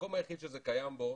המקום היחיד שזה קיים בו